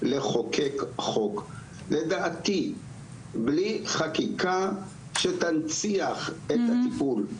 לחוקק חוק, לדעתי בלי חקיקה שתנציח את הטיפול,